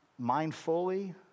mindfully